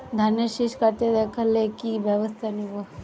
ধানের শিষ কাটতে দেখালে কি ব্যবস্থা নেব?